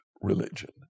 religion